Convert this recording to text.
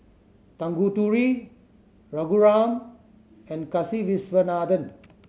Tanguturi Raghuram and Kasiviswanathan